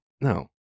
No